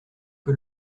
que